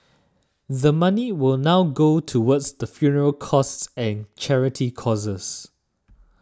the money will now go towards the funeral costs and charity causes